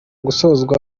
gusozwa